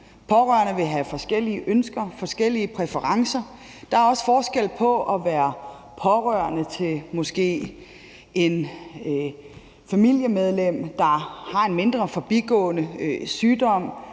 Pårørende vil have forskellige ønsker og forskellige præferencer. Der er også forskel på at være pårørende til et familiemedlem, der har en mindre, forbigående sygdom,